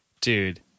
Dude